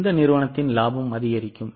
எந்த நிறுவனத்தின் லாபம் அதிகரிக்கும்